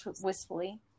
wistfully